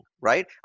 right